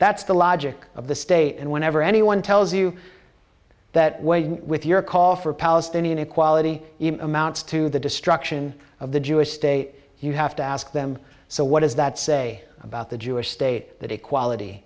that's the logic of the state and whenever anyone tells you that way with your call for palestinian equality even amounts to the destruction of the jewish state you have to ask them so what does that say about the jewish state that equality